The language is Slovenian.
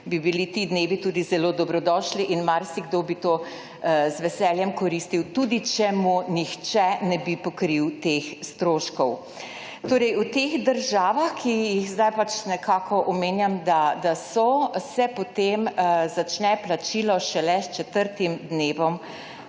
bi bili ti dnevi tudi zelo dobrodošli in marsikdo bi to z veseljem koristil, tudi če mu nihče ne bi pokril teh stroškov. Torej, v teh državah, ki jih sedaj pač nekako omenjam, da so, se potem začne plačilo šele s četrtim dnem